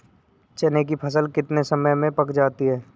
चने की फसल कितने समय में पक जाती है?